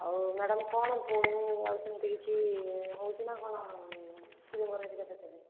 ଆଉ ମ୍ୟାଡ଼ାମ କ'ଣ ପୁଣି ସେମିତି କିଛି ହେଉଛି ନା କ'ଣ ଟିଉମର୍ ହେରିକା ପେଟରେ